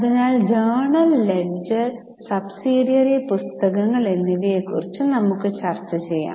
അതിനാൽ journal ledger subsidiary പുസ്തകങ്ങൾ എന്നിവയെക്കുറിച്ച് നമുക്കു ചർച്ച ചെയ്യാം